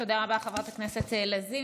תודה רבה, חברת הכנסת לזימי.